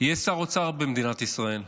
יהיה שר אוצר במדינת ישראל,